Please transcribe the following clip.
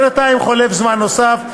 בינתיים חולף זמן נוסף,